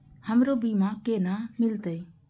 हमरो बीमा केना मिलते?